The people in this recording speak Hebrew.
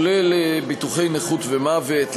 כולל ביטוחי נכות ומוות.